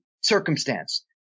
circumstance